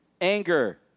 anger